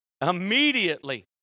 immediately